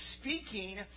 speaking